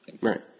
Right